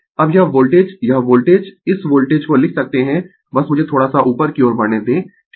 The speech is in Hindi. अब यह वोल्टेज यह वोल्टेज इस वोल्टेज को लिख सकते है बस मुझे थोड़ा सा ऊपर की ओर बढ़ने दें ठीक है